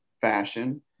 fashion